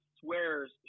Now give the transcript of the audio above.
swears